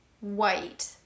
white